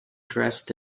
dressed